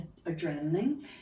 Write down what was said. adrenaline